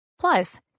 Plus